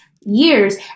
years